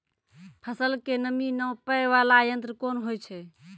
फसल के नमी नापैय वाला यंत्र कोन होय छै